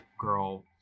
girl